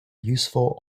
useful